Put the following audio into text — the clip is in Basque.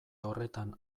horretan